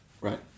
Right